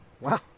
Wow